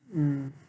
mm